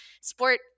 sport